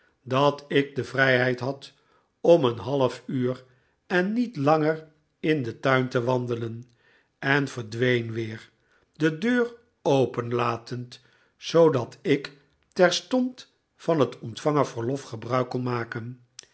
dat ik de vrijheid had om een half uur en niet langer in den tuin te wandelen en verdween weer de deur open latend zoodat ik terstond van het ontvangen verlof gebruik kon maken